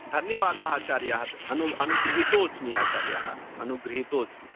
धन्यवादः आचार्यः अनु अनुगृहीतोऽस्मि आचार्यः अनुगृहीतोऽस्मि